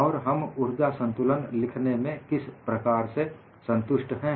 और हम ऊर्जा संतुलन लिखने में किस प्रकार से संतुष्ट हैं